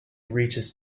reaches